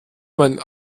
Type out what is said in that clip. mein